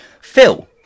Phil